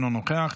אינו נוכח,